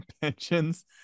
Pensions